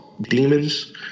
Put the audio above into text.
demons